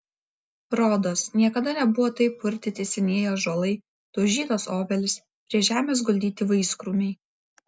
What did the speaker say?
rodos niekada nebuvo taip purtyti senieji ąžuolai daužytos obelys prie žemės guldyti vaiskrūmiai